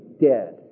dead